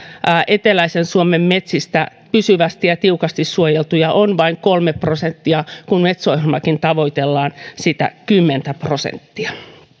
eteläisen suomen metsistä pysyvästi ja tiukasti suojeltuja on vain kolme prosenttia kun metso ohjelmallakin tavoitellaan sitä kymmentä prosenttia